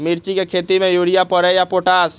मिर्ची के खेती में यूरिया परेला या पोटाश?